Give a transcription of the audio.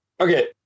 Okay